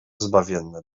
zbawienne